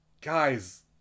guys